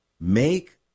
make